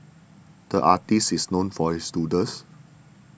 the artist is known for his doodles